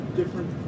different